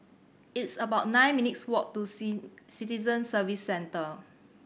it's about nine minutes' walk to Citizen Services Centre